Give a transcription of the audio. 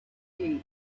quay